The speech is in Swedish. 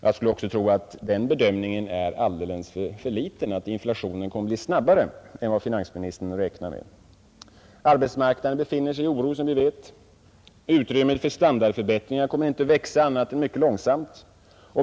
Jag skulle också tro att den bedömningen är alldeles för låg och att inflationen kommer att bli snabbare än vad finansministern räknar med. Arbetsmarknaden befinner sig i oro, som vi vet. Utrymmet för standardförbättringar kommer inte att växa annat än mycket långsamt.